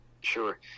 Sure